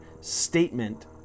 statement